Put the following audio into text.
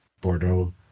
Bordeaux